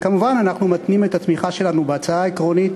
כמובן שאנחנו מתנים את התמיכה שלנו בהצעה העקרונית